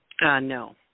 No